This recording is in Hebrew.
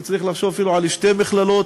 וצריך לחשוב אפילו על שתי מכללות,